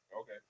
Okay